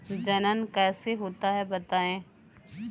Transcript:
जनन कैसे होता है बताएँ?